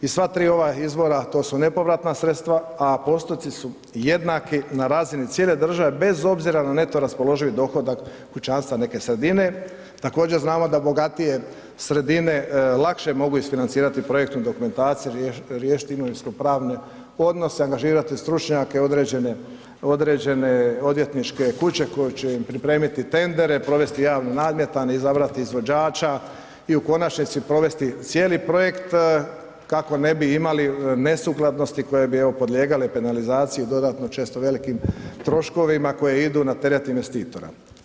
I sva tri ova izvora, to su nepovratna sredstva a postupci su jednaki na razini cijele države bez obzira na neto raspoloživi dohodak kućanstva neke sredine, također znamo da bogatije sredine lakše mogu isfinancirati projektnu dokumentaciju, riješiti imovinsko-pravne odnose, angažirati stručnjake, određene odvjetničke kuće koje će pripremiti tendere, provesti javno nadmetanje, izabrati izvođača i u konačnici provesti cijeli projekt kako ne bi imali nesukladnosti koje ni evo podlijegale penalizaciji dodatno, često velikim troškovima koji idu na teret investitora.